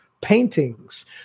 paintings